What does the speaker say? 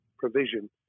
provision